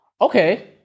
Okay